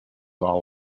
all